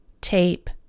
tape